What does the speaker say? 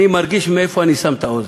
אני מרגיש איפה אני שם את האוזן.